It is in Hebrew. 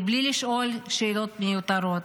בלי לשאול שאלות מיותרות.